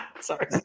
Sorry